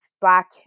black